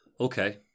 Okay